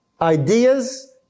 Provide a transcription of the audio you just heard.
ideas